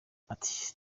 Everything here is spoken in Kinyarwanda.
ati